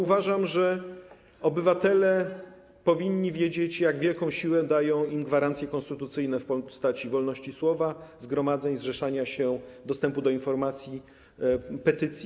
Uważam, że obywatele powinni wiedzieć, jak wielką siłę dają im gwarancje konstytucyjne w postaci wolności słowa, zgromadzeń, zrzeszania się, dostępu do informacji i petycji.